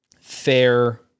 fair